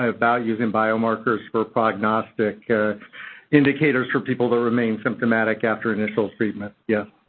ah values in bio-markers for prognostic indicators for people that remain symptomatic after initial treatment, yes.